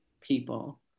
people